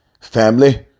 Family